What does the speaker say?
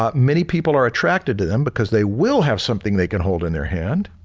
um many people are attracted to them because they will have something they can hold in their hand.